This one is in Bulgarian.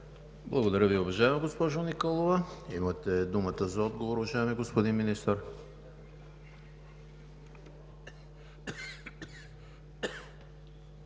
Благодаря Ви, уважаема госпожо Николова. Имате думата за отговор, уважаеми господин Министър.